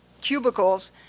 cubicles